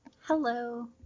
Hello